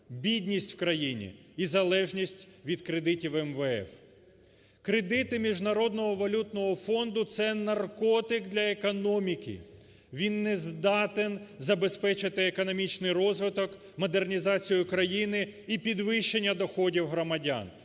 бідність в країні і залежність від кредитів МВФ. Кредити міжнародного валютного фонду – це наркотик для економіки, він не здатен забезпечити економічний розвиток, модернізацію країни і підвищення доходів громадян.